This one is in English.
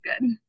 good